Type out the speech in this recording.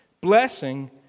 Blessing